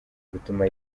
gutuma